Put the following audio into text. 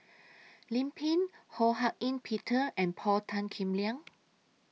Lim Pin Ho Hak Ean Peter and Paul Tan Kim Liang